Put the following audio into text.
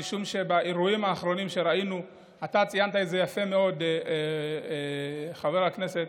אתה ציינת את זה יפה מאוד, חבר הכנסת,